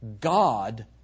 God